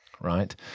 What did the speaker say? right